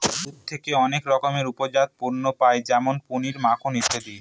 দুধ থেকে অনেক রকমের উপজাত পণ্য পায় যেমন পনির, মাখন ইত্যাদি